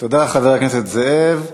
תודה, חבר הכנסת זאב.